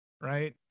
right